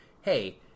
hey –